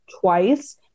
twice